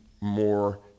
more